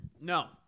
No